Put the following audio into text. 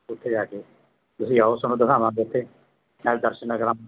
ਉੱਥੇ ਜਾ ਕੇ ਤੁਸੀਂ ਆਓ ਤੁਹਾਨੂੰ ਦਿਖਾਵਾਂਗੇ ਉੱਥੇ ਨਾਲੇ ਦਰਸ਼ਨ ਕਰਾ